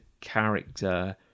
character